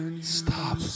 stop